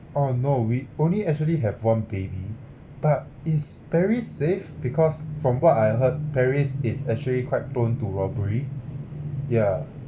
oh no we only actually have one baby but is paris safe because from what I heard paris is actually quite prone to robbery yeah